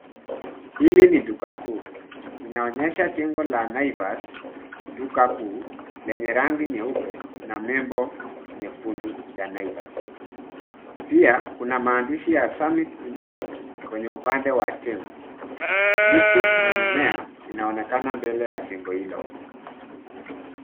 Hili ni duka kuu. Inaonyesha jengo la Naivas, duka kuu, lenye rangi nyeupe, na nembo nyekundu ya Naivas. Pia kuna maandishi ya Summit Institute , kwenye upande wa jengo. Miti na mimea, inaonekana mbele ya jengo hilo.